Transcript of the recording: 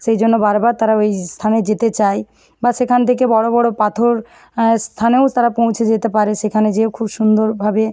সেই জন্য বারবার তারা ওই স্থানে যেতে চায় বা সেখান থেকে বড় বড় পাথর স্থানেও তারা পৌঁছে যেতে পারে সেখানে যেয়েও খুব সুন্দরভাবে